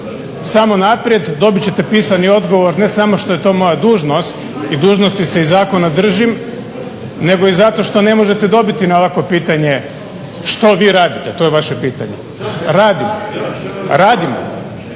samo naprijed. Dobit ćete pisani odgovor ne samo što je to moja dužnost i dužnosti se i zakona držim nego i zato što ne možete dobiti na ovakvo pitanje što vi radite, to je vaše pitanje. Radim, radim.